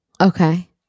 Okay